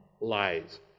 lies